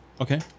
Okay